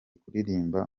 kuririmba